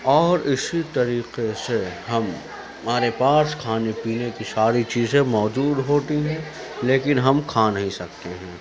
اور اِسی طریقے سے ہم ہمارے پاس کھانے پینے کی ساری چیزیں موجود ہوتی ہیں لیکن ہم کھا نہیں سکتے ہیں